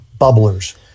bubblers